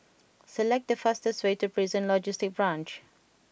select the fastest way to Prison Logistic Branch